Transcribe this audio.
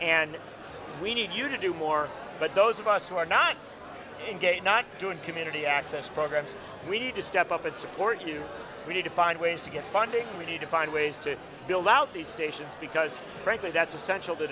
and we need you to do more but those of us who are not engaged not doing community access programs we need to step up and support you we need to find ways to get funding we need to find ways to build out the station because frankly that's essential t